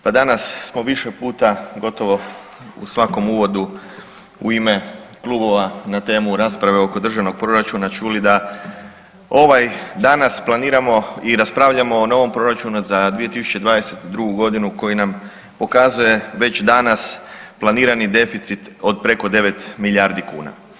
Pa danas smo više puta gotovo u svakom uvodu u ime klubova na temu rasprave oko državnog proračuna čuli da ovaj danas planiramo i raspravljamo o novom proračunu za 2022.g. koji nam pokazuje već danas planirani deficit od preko 9 milijardi kuna.